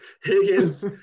Higgins